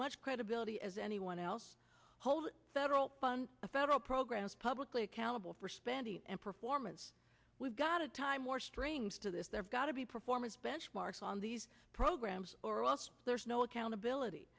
much credibility as anyone else hold federal funds federal programs publicly accountable for spending and performance we've got a time more strings to this there's got to be performance benchmarks on these programs or also there's no accountability